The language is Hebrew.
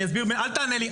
אל תענה לי.